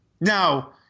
Now